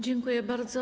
Dziękuję bardzo.